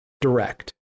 direct